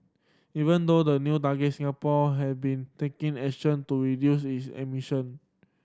even now the new targets Singapore had been taking action to reduce its emission